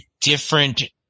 different